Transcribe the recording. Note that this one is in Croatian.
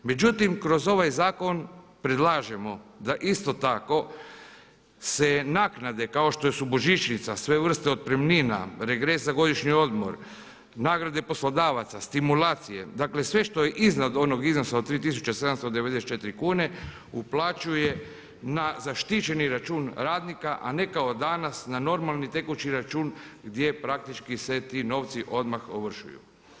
Međutim, kroz ovaj zakon predlažemo da isto tako se naknade kao što su božićnica, sve vrste otpremnina, regres za godišnji odmor, nagrade poslodavaca, stimulacije, dakle sve što je iznad onog iznosa od 3794 kune uplaćuje na zaštićeni račun radnika, a ne kao danas na normalni tekući račun gdje praktički se ti novci odmah ovršuju.